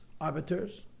arbiters